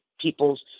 people's